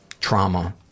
trauma